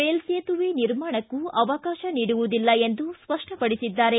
ಮೇಲ್ಗೇತುವೆ ನಿರ್ಮಾಣಕ್ಕೂ ಅವಕಾಶ ನೀಡುವುದಿಲ್ಲ ಎಂದು ಸ್ಪಷ್ಟಪಡಿಸಿದ್ದಾರೆ